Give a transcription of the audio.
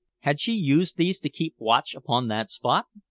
had she used these to keep watch upon that spot?